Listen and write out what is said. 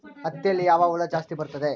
ಹತ್ತಿಯಲ್ಲಿ ಯಾವ ಹುಳ ಜಾಸ್ತಿ ಬರುತ್ತದೆ?